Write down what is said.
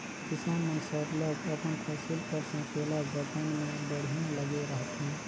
किसान मन सरलग अपन फसिल कर संकेला जतन में बड़िहा लगे रहथें